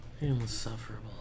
Insufferable